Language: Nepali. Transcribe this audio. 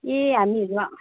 ए हामीहरू